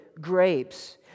grapes